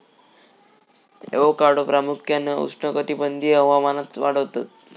avocado प्रामुख्यान उष्णकटिबंधीय हवामानात वाढतत